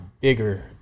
bigger